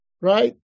Right